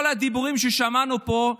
כל הדיבורים ששמענו פה,